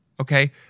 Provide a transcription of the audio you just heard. okay